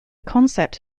concept